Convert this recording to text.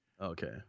Okay